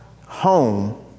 home